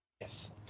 Yes